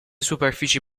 superfici